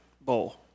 bowl